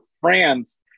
france